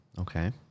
okay